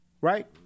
Right